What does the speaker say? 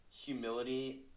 humility